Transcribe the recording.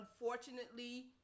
unfortunately